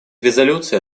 резолюции